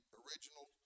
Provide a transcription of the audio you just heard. original